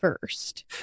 first